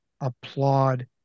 applaud